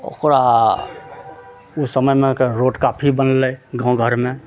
ओकरा ओइ समयमे रोड काफी बनलय गाँव घरमे